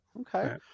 Okay